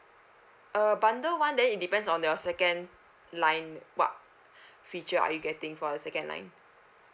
uh bundle one then it depends on your second line what feature are you getting for your second line